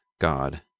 god